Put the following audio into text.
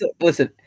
listen